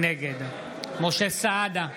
נגד משה סעדה,